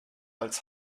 als